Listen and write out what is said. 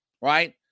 right